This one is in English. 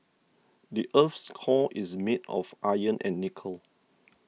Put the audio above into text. the earth's core is made of iron and nickel